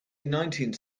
nineteenth